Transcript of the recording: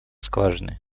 скважины